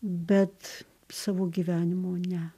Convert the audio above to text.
bet savo gyvenimo ne